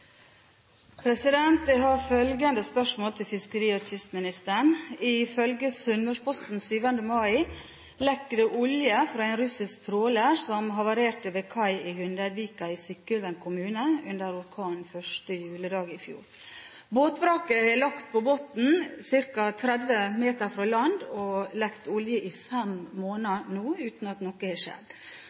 vedkommende. Jeg har følgende spørsmål til fiskeri- og kystministeren: «Ifølge Sunnmørsposten 7. mai lekker det olje fra en russisk tråler som havarerte ved kai i Hundeidvika i Sykkylven kommune under orkanen 1. juledag i fjor. Båtvraket ligger på bunnen ca. 30 meter fra land og har lekket olje i fem måneder uten at noe er skjedd.